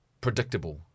predictable